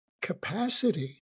capacity